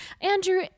Andrew